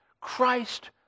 Christ